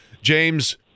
James